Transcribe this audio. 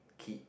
keep